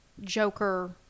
Joker